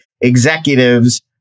executives